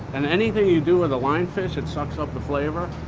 and anything you do with the lionfish, it sucks up the flavor.